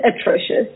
atrocious